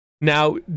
Now